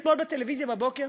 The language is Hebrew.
אתמול בטלוויזיה בבוקר